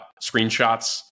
screenshots